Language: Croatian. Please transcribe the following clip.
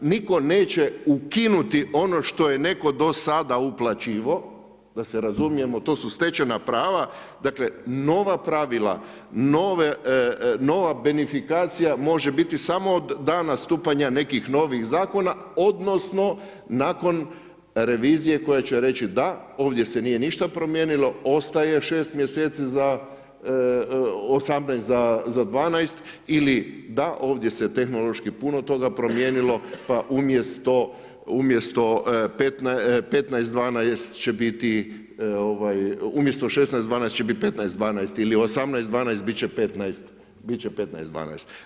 Nitko neće ukinuti ono što je netko do sada uplaćivao, da se razumijemo, to su stečena prava, dakle, nova pravila, nova benefikacija, može biti samo od dana nastupanja nekih novih zakona, odnosno, nakon revizije koja će reći, da, ovdje se nije ništa promijenilo, ostaje 6 mjeseci, 18 za 12 ili da ovdje se tehnološki puno toga promijenilo, pa umjesto 15, 12, će biti, umjesto 16, 12, će biti 15 12 ili 18 12 biti će 15 12.